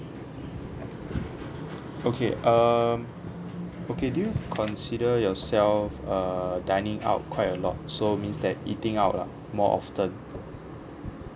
okay um okay do you consider yourself err dining out quite a lot so means that eating out lah more often